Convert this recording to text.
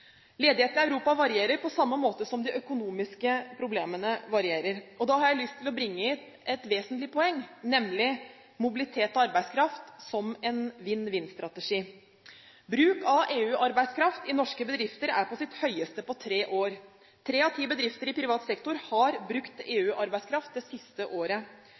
Ledigheten i Europa varierer på samme måte som de økonomiske problemene varierer. Jeg har lyst til å bringe inn et vesentlig poeng, nemlig mobilitet av arbeidskraft som en vinn-vinn-strategi. Bruk av EU-arbeidskraft i norske bedrifter er på sitt høyeste på tre år. Tre av ti bedrifter i privat sektor har brukt EU-arbeidskraft det siste året.